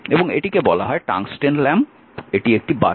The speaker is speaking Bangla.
এবং এটিকে বলা হয় টাংস্টেন ল্যাম্প এটি একটি বাতি